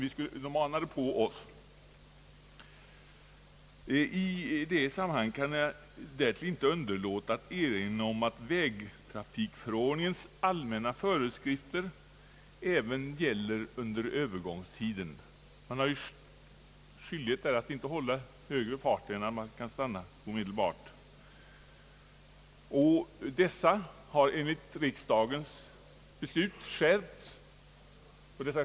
I detta sammanhang kan jag därtill inte underlåta att nämna att vägtrafikförordningens allmänna = föreskrifter gäller även under övergångstiden. Man har ju redan nu skyldighet att inte hålla högre fart än att man kan stanna omedelbart. Dessa bestämmelser har enligt riksdagens beslut skärpts.